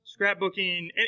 scrapbooking